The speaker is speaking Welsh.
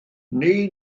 wnei